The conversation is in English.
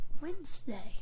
Wednesday